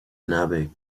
nave